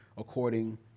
according